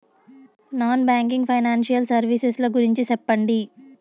Non banking financial services ల గురించి సెప్పండి?